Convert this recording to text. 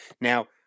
now